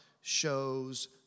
shows